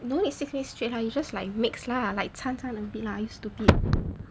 no need six minutes straight ah you just like mix lah like 掺掺 a bit lah you stupid